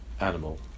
animal